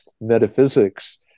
metaphysics